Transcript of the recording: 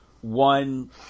One